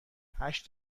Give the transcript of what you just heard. هشت